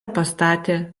pastatė